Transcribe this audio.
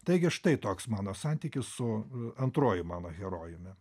taigi štai toks mano santykis su antruoju mano herojumi